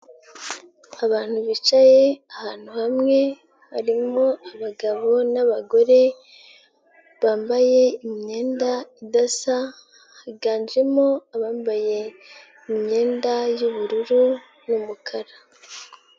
Abantu bicaye ahantu hamwe, harimo abagabo n'abagore, bambaye imyenda idasa, higanjemo abambaye, imyenda y'ubururu n'umukara.